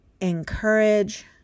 encourage